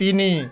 ତିନି